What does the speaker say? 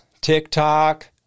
TikTok